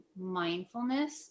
mindfulness